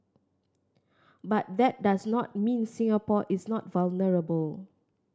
but that does not mean Singapore is not vulnerable